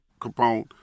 Capone